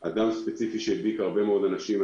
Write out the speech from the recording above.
על אדם ספציפי שהדביק הרבה מאוד אנשים.